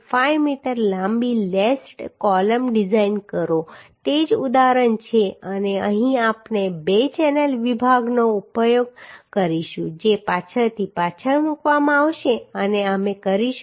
5 metre લાંબી laced column design કરો તે જ ઉદાહરણ છે અને અહીં આપણે બે ચેનલ વિભાગનો ઉપયોગ કરીશું જે પાછળથી પાછળ મૂકવામાં આવશે અને અમે કરીશું